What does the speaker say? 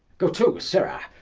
go too sirrah,